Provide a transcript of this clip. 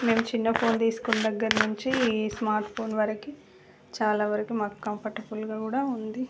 మేము చిన్న ఫోన్ తీసుకున్న దగ్గరనుంచి ఈ స్మార్ట్ ఫోన్ వరకు చాలావరకు మాకు కంపోర్టబుల్గా కూడా ఉంది